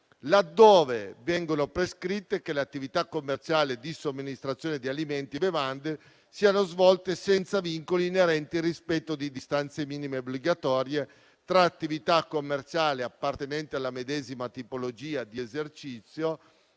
laddove viene prescritto che le attività commerciali di somministrazione di alimenti e bevande siano svolte senza vincoli inerenti al rispetto di distanze minime obbligatorie tra attività commerciali appartenenti alla medesima tipologia di esercizio,